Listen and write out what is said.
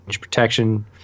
protection